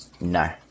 No